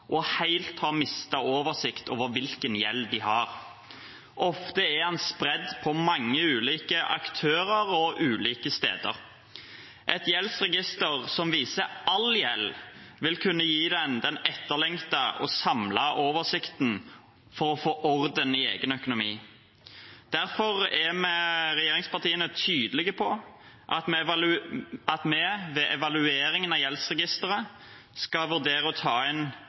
og helt har mistet oversikt over hvilken gjeld de har. Ofte er den spredt på mange ulike aktører og ulike steder. Et gjeldsregister som viser all gjeld, vil kunne gi dem den etterlengtede og samlede oversikten for å få orden i egen økonomi. Derfor er vi i regjeringspartiene tydelige på at vi ved evalueringen av gjeldsregisteret skal vurdere å ta inn